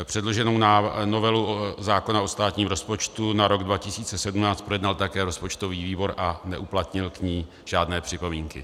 Předloženou novelu zákona o státním rozpočtu na rok 2017 projednal také rozpočtový výbor a neuplatnil k ní žádné připomínky.